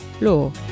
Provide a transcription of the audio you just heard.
law